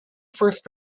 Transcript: first